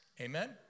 Amen